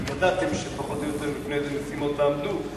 ידעתם פחות או יותר בפני איזה משימות תעמדו,